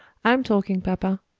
i'm talking, papa,